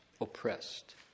oppressed